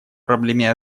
проблеме